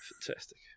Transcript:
Fantastic